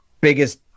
biggest